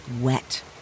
wet